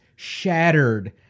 shattered